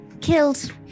killed